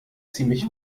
ziemlich